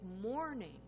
morning